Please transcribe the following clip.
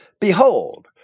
Behold